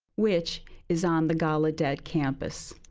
which is on the gallaudet campus.